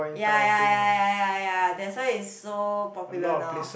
ya ya ya ya ya ya that's why is so popular now